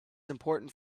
important